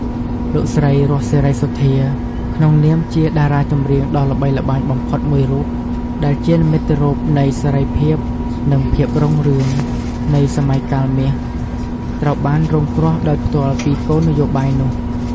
លោកស្រី រស់ សេរីសុទ្ធា ក្នុងនាមជាតារាចម្រៀងដ៏ល្បីល្បាញបំផុតមួយរូប ដែលជា និមិត្តរូបនៃសេរីភាព និងភាពរុងរឿង នៃសម័យកាលមាស ត្រូវបានរងគ្រោះដោយផ្ទាល់ពីគោលនយោបាយនោះ។